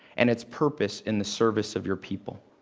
and its purpose in the service of your people.